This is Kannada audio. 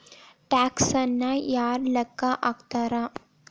ಟ್ಯಾಕ್ಸನ್ನ ಯಾರ್ ಲೆಕ್ಕಾ ಹಾಕ್ತಾರ?